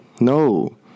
No